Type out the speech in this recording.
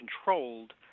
controlled